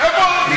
איפה, ?